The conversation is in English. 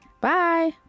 Bye